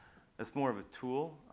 it's more of a tool.